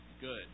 good